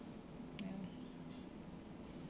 ya